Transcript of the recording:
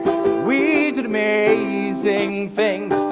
we did amazing things.